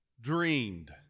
dreamed